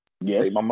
Yes